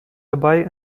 dabei